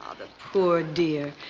ah the poor dear.